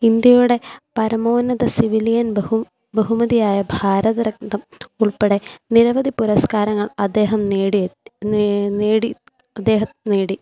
ഇന്ത്യയുടെ പരമോന്നത സിവിലിയൻ ബഹു ബഹുമതിയായ ഭാരതരത്നം ഉൾപ്പെടെ നിരവധി പുരസ്കാരങ്ങൾ അദ്ദേഹം നേടി നേടി അദ്ദേഹം നേടി